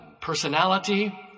personality